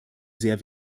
sehr